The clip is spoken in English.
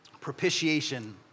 Propitiation